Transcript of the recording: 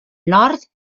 nord